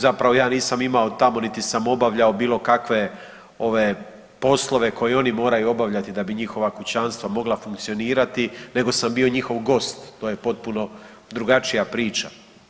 Zapravo ja nisam imao tamo niti sam obavljao bilo kakve poslove koje oni moraju obavljati da bi njihova kućanstva mogla funkcionirati nego sam bio njihov gost, to je potpuno drugačija priča.